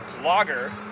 lager